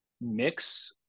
mix